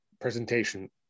presentation